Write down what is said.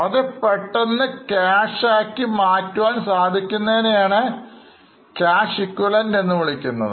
വളരെ പെട്ടെന്ന് ക്യാഷ് ആക്കി മാറ്റുവാൻ സാധിക്കുന്നതിനെ ആണ് Cash equivalentഎന്ന് വിളിക്കുന്നത്